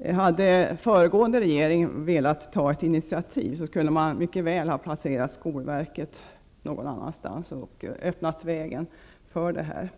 Om den föregående regeringen hade velat ta ett initiativ, skulle man mycket väl ha kunnat placera skolverket någon annanstans och på det sättet öppnat vägen för utlokalisering.